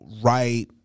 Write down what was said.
right